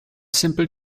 simple